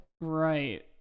Right